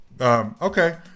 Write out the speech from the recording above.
Okay